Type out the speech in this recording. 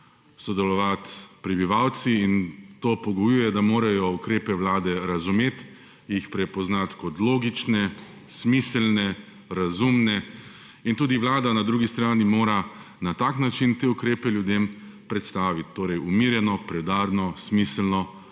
sodelovati prebivalci in to pogojuje, da morajo ukrepe vlade razumeti, jih prepoznati kot logične, smiselne, razumne in tudi vlada na drugi strani mora na tak način te ukrepe ljudem predstaviti; torej umirjeno, preudarno, smiselno